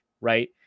Right